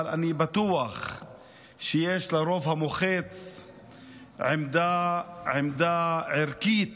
אבל אני בטוח שיש לרוב המוחץ עמדה ערכית